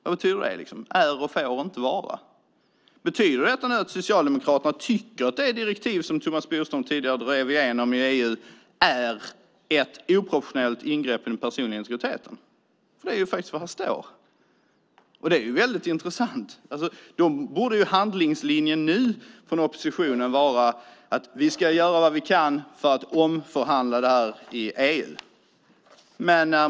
Vad betyder "är och får inte vara"? Betyder det att Socialdemokraterna tycker att det direktiv som Thomas Bodström tidigare drev igenom i EU är ett oproportionerligt ingrepp i den personliga integriteten? Det är faktiskt vad som står här, och det är väldigt intressant. Då borde handlingslinjen nu från oppositionen vara att vi ska göra vad vi kan för att omförhandla detta i EU.